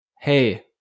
Hey